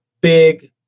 big